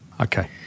Okay